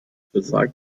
besagt